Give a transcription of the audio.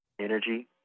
energy